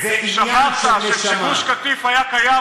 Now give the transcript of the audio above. שכחת שכשגוש קטיף היה קיים,